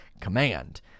command